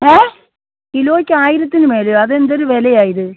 ഏഹ് കിലോയ്ക്ക് ആയിരത്തിന് മേലെയോ അതെന്തൊരു വിലയാണ് ഇത്